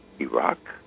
Iraq